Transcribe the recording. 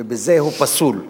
ובזה הוא פסול,